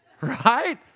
right